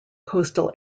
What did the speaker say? coastal